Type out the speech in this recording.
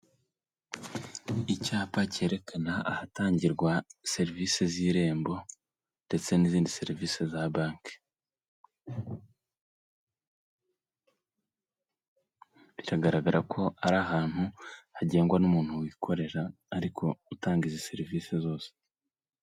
Icyapa cyerekana ahatangirwa serivisie z'irembo, ndetse n'izindi serivise za banki. Biragaragara ko ari ahantu hagengwa n'umuntu wikorera, ariko utanga izi serivise zose.